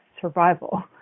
survival